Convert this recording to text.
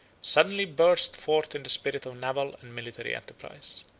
suddenly burst forth in the spirit of naval and military enterprise.